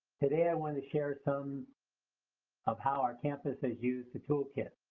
today i want to share some of how our campus has used the toolkit.